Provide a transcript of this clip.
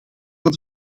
van